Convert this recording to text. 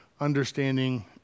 understanding